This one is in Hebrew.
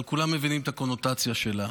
אבל כולם מבינים את הקונוטציה שלה,